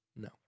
No